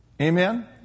Amen